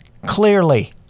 Clearly